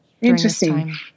Interesting